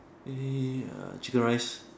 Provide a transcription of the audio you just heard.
err chicken rice